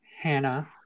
Hannah